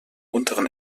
unteren